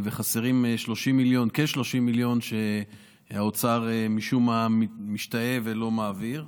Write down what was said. חסרים כ-30 מיליון שהאוצר משום מה משתהה ולא מעביר.